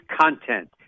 content